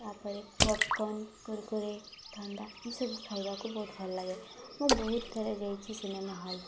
ତା'ପରେ ପପକର୍ଣ୍ଣ କୁୁରକୁରେ ଥଣ୍ଡା ଏସବୁ ଖାଇବାକୁ ବହୁତ ଭଲ ଲାଗେ ମୁଁ ବହୁତ ଥର ଯାଇଛି ସିନେମା ହଲ୍